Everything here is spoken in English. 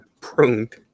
pruned